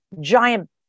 giant